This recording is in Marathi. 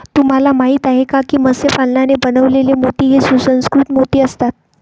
तुम्हाला माहिती आहे का की मत्स्य पालनाने बनवलेले मोती हे सुसंस्कृत मोती असतात